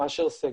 מאשר סגר.